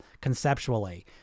conceptually